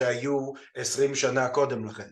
שהיו עשרים שנה קודם לכן.